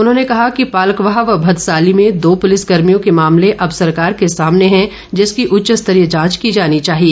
उन्होंने कहा कि पालकवाह व भदसाली में दो पुलिस कर्मियों के मामले अब सरकार के सामने है जिसकी उच्च स्तरीय जांच की जानी चाहिए